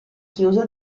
chiuse